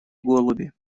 голуби